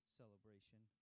celebration